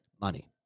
money